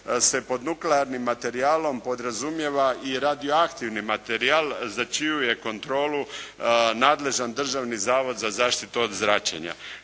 se pod nuklearnim materijalom podrazumijeva i radioaktivni materijal za čiju je kontrolu nadležan Državni zavod za zaštitu od zračenja.